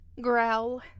Growl